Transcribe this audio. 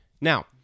Now